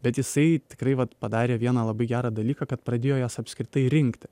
bet jisai tikrai vat padarė vieną labai gerą dalyką kad pradėjo jas apskritai rinkti